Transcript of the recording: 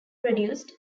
produced